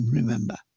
remember